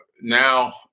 now